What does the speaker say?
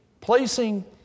placing